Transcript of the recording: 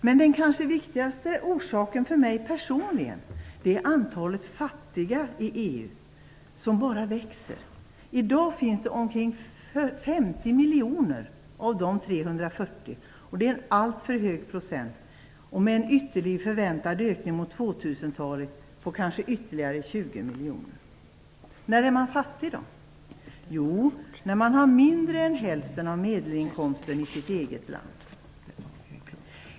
Men den kanske viktigaste orsaken för mig personligen att vara emot är att antalet fattiga i EU bara växer. I dag finns det omkring 50 miljoner av totalt 340. Det är en alltför hög procent. Den förväntade ökningen mot 2000-talet ligger kanske på ytterligare 20 miljoner. När är man fattig då? Jo, när man har mindre än hälften av medelinkomsten i sitt eget land.